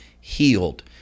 healed